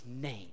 name